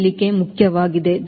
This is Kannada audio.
ಈ ಹೇಳಿಕೆ ಮುಖ್ಯವಾಗಿದೆ